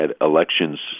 elections